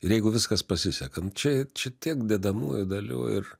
ir jeigu viskas pasiseka nu čia čia tiek dedamųjų dalių ir